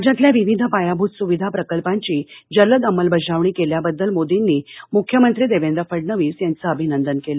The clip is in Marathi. राज्यातल्या विविध पायाभूत सुविधा प्रकल्पांची जलद अंमलबजावणी केल्याबद्दल मोर्दींनी मुख्यमंत्री देवेंद्र फडणवीस यांचं अभिनंदन केलं